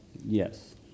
Yes